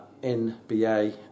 NBA